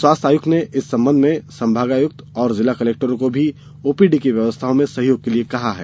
स्वास्थ्य आयुक्त ने इस संबंध में संभागायुक्तों और जिला कलेक्टरों को भी ओपीडी की व्यवस्थाओं में सहयोग के लिए कहा है